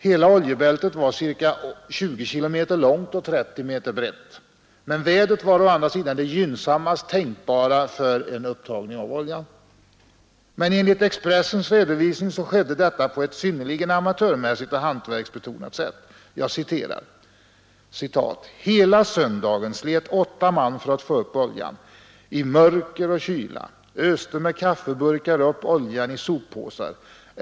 Hela oljebältet var cirka 20 km långt och 300 meter brett, men vädret var å andra sidan det gynnsammaste tänkbara för en upptagning av oljan. Men enligt Expressens redovisning så skedde detta på ett synnerligen amatörmässigt och hantverksbetonat sätt. Jag citerar: ”Hela söndagen slet 8 man för att få upp oljan. I mörker och kyla. Öste med kaffeburkar upp oljan i soppåsar.